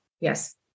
Yes